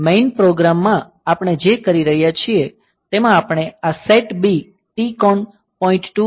main program માં આપણે જે કરી રહ્યા છીએ તેમાં આપણે આ setb tcon